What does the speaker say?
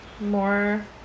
more